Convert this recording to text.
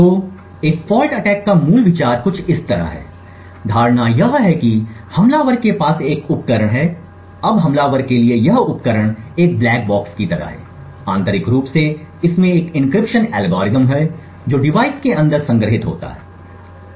तो एक fault attack का मूल विचार कुछ इस तरह है धारणा यह है कि हमलावर के पास एक उपकरण है अब हमलावर के लिए यह उपकरण एक ब्लैक बॉक्स की तरह है आंतरिक रूप से इसमें एक एन्क्रिप्शन एल्गोरिथ्म है जो डिवाइस के अंदर संग्रहीत होता है